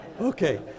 Okay